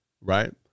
right